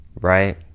right